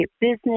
business